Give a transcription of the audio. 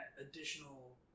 additional